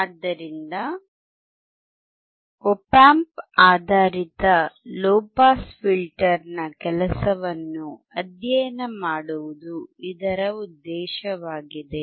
ಆದ್ದರಿಂದ op amp ಆಧಾರಿತ low pass filter ನ ಕೆಲಸವನ್ನು ಅಧ್ಯಯನ ಮಾಡುವುದು ಇದರ ಉದ್ದೇಶವಾಗಿದೆ